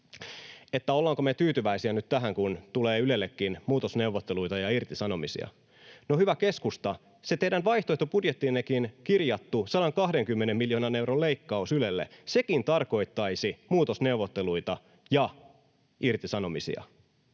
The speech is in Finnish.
siitä, ollaanko me tyytyväisiä nyt tähän, kun tulee Ylellekin muutosneuvotteluita ja irtisanomisia. No, hyvä keskusta, myös se teidän vaihtoehtobudjettiinnekin kirjattu 120 miljoonan euron leikkaus Ylelle tarkoittaisi muutosneuvotteluita ja irtisanomisia.